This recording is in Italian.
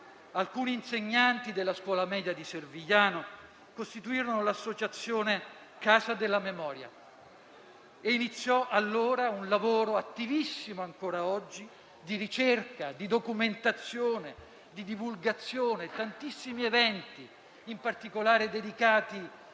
alcuni insegnanti della scuola media di Servigliano costituirono l'associazione "Casa della Memoria". Iniziò allora un lavoro, attivissimo ancora oggi, di ricerca, di documentazione e di divulgazione, con tantissimi eventi, in particolare dedicati